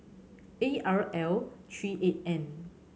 A R L three eight N